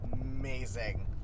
amazing